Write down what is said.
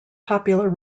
popular